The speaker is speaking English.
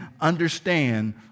understand